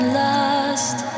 lost